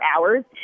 hours